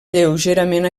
lleugerament